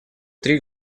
три